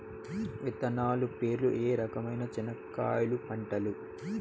విత్తనాలు పేర్లు ఏ రకమైన చెనక్కాయలు పంటలు?